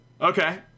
Okay